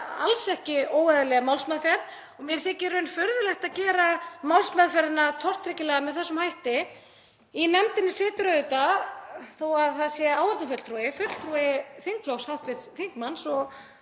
alls ekki óeðlileg málsmeðferð. Mér þykir í raun furðulegt að gera málsmeðferðina tortryggilega með þessum hætti. Í nefndinni situr auðvitað, þó að það sé áheyrnarfulltrúi, fulltrúi þingflokks hv. þingmanns og